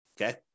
Okay